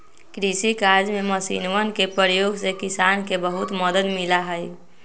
कृषि कार्य में मशीनवन के प्रयोग से किसान के बहुत मदद मिला हई